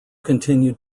continued